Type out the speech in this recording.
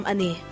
Ani